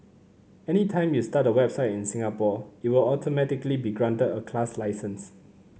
anytime you start a website in Singapore it will automatically be granted a class license